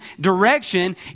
direction